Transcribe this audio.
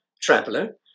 traveller